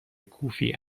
کوفی